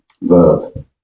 verb